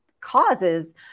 causes